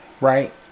Right